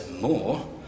more